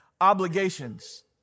obligations